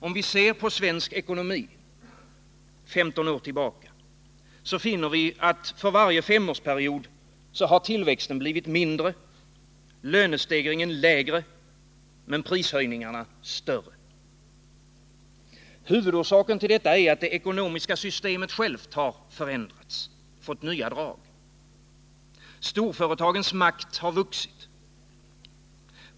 Om vi ser på svensk ekonomi 15 år tillbaka, finner vi att tillväxten har blivit mindre, lönestegringen lägre men prishöjningarna större för varje femårsperiod. Huvudorsaken till detta är att det ekonomiska systemet självt har förändrats, fått nya drag. Storföretagens makt har vuxit.